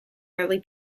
early